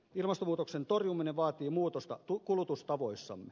ilmastonmuutoksen torjuminen vaatii muutosta kulutustavoissamme